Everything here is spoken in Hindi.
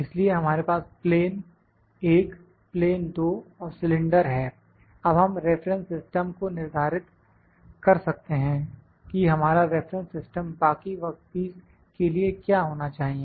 इसलिए हमारे पास प्लेन एक प्लेन दो और सिलेंडर है अब हम रेफरेंस सिस्टम को निर्धारित कर सकते हैं कि हमारा रेफरेंस सिस्टम बाकी वर्कपीस के लिए क्या होना चाहिए